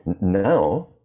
now